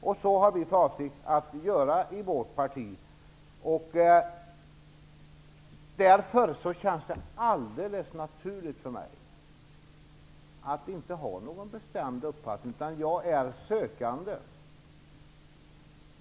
Det har vi för avsikt att göra i vårt parti, och därför känns det alldeles naturligt för mig att inte ha någon bestämd uppfattning. Jag är sökande.